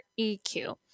EQ